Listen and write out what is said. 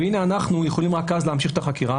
והינה אנחנו יכולים רק אז להמשיך את החקירה,